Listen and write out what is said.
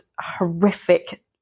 horrific